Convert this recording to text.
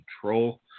control